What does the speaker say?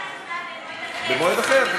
והצבעה במועד אחר.